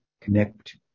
connect